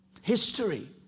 History